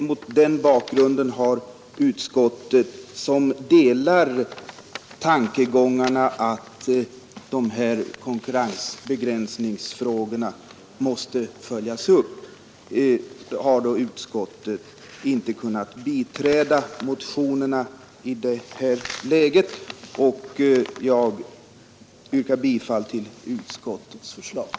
Mot den bakgrunden har utskottet, som delar tanken att de aktuella konkurrensbegränsningsfrågorna måste följas upp, inte kunnat biträda motionerna i nuvarande läge. Jag yrkar bifall till utskottets hemställan.